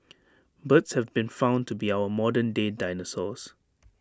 birds have been found to be our modern day dinosaurs